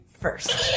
first